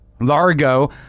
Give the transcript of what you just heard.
Largo